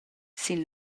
sin